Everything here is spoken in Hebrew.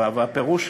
והפירוש,